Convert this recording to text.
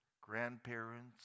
grandparents